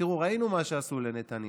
ראינו מה שעשו לנתניהו.